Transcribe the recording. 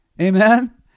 Amen